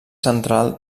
central